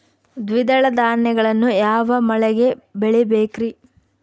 ದ್ವಿದಳ ಧಾನ್ಯಗಳನ್ನು ಯಾವ ಮಳೆಗೆ ಬೆಳಿಬೇಕ್ರಿ?